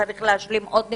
וצריך להשלים עוד נקודות.